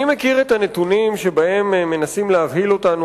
אני מכיר את הנתונים שבהם מנסים להבהיל אותנו,